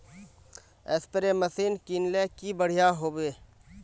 Spray machine किनले की बढ़िया होबवे?